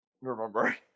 remember